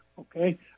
okay